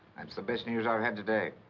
that's the best news i've had today.